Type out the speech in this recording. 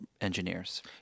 engineers